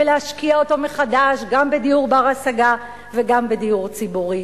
ולהשקיע אותו מחדש גם בדיור בר-השגה וגם בדיור ציבורי.